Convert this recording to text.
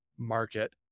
Market